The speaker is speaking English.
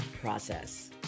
process